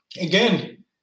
again